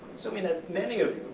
so i mean that many of